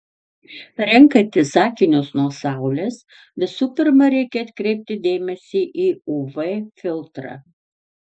renkantis akinius nuo saulės visų pirma reikia atkreipti dėmesį į uv filtrą